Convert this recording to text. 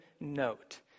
note